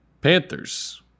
Panthers